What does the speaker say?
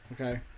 Okay